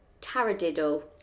taradiddle